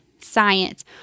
science